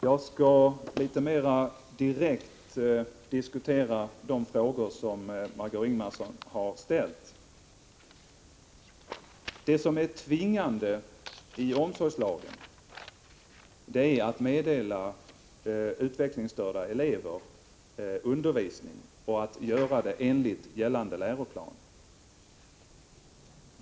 Herr talman! Jag skall litet mer direkt diskutera de frågor som Margé Ingvardsson har ställt. Det som är tvingande i omsorgslagen är att meddela utvecklingsstörda elever undervisning och att göra det enligt gällande läroplan.